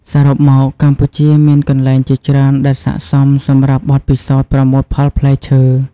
សរុបមក កម្ពុជាមានកន្លែងជាច្រើនដែលស័ក្តិសមសម្រាប់បទពិសោធន៍ប្រមូលផលផ្លែឈើ។